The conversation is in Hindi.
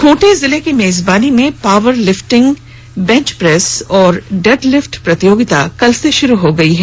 खूंटी जिले की मेजबानी में पॉवर लिफ्टिंग बेंचप्रेस और डेडलिफ्ट प्रतियोगिता कल से शुरू हो गई है